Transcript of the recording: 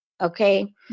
Okay